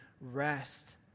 rest